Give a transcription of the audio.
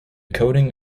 coding